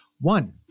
One